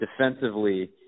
defensively